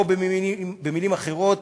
או במילים אחרות,